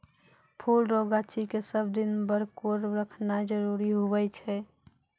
फुल रो गाछी के सब दिन बरकोर रखनाय जरूरी हुवै छै